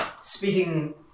speaking